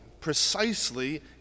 precisely